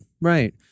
right